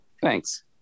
Thanks